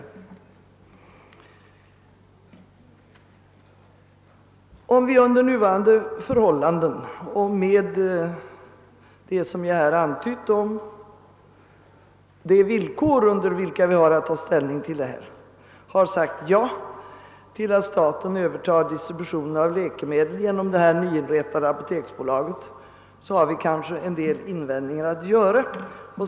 Även om vi under nuvarande förhållanden och på de villkor under vilka vi haft att ta ställning till förslaget har sagt ja till att staten övertar distributionen av läkemedel genom det nyinrättade apoteksbolaget, har vi ändå en del invändningar att göra.